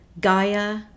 Gaia